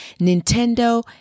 Nintendo